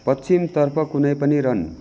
पश्चिम तर्फ कुनै पनि रन